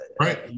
Right